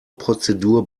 prozedur